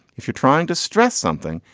if you're trying to stress something,